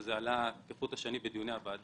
שזה דבר שעלה כחוט השני בדיוני הוועדה.